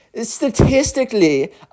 Statistically